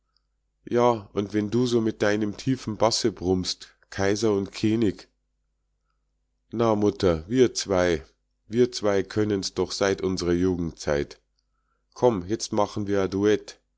ja und wenn du so mit deinem tiefen basse brummst kaiser und keenig na mutter wir zwei wir zwei können's doch seit unsrer jugendzeit komm jetzt mach wir a duett